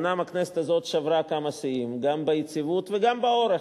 אומנם הכנסת הזאת שברה כמה שיאים גם ביציבות וגם באורך,